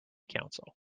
council